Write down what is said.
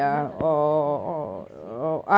இன்னோ தொடங்களயா:inno thodangalayaa ya next week